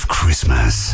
Christmas